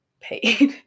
paid